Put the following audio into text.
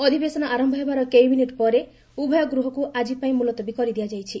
ଅଧିବେଶନ ଆରମ୍ଭ ହେବାର କେଇ ମିନିଟ୍ ପରେ ଉଭୟ ଗୃହକୁ ଆକ୍ଷିପାଇଁ ମୁଲତବୀ କରିଦିଆଯାଇଛି